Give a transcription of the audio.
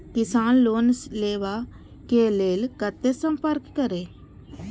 किसान लोन लेवा के लेल कते संपर्क करें?